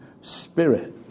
Spirit